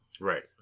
Right